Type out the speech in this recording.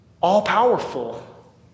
all-powerful